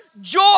Joy